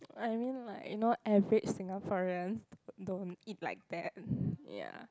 I mean like you know average Singaporeans don't eat like that ya